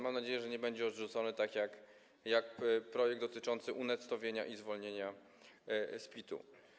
Mam nadzieję, że nie będzie odrzucony, tak jak projekt dotyczący unettowienia i zwolnienia z PIT-u.